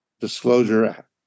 disclosure